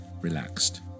relaxed